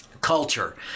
culture